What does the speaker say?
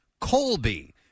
Colby